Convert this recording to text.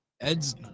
Ed's